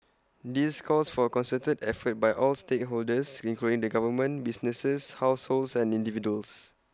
this calls for A concerted effort by all stakeholders including the government businesses households and individuals